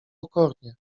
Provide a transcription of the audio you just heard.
pokornie